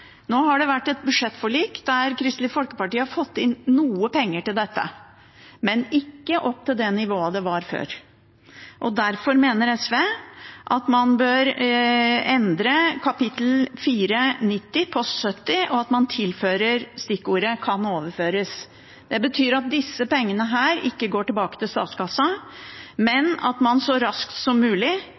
Nå har det blitt et budsjettforlik der Kristelig Folkeparti har fått inn noe penger til dette, men ikke opp til det nivået det var før. Derfor mener SV at man bør endre kapittel 490 post 70 ved at man tilfører stikkordet «kan overføres». Det betyr at disse pengene ikke går tilbake til statskassa, men at man så raskt som mulig